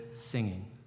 singing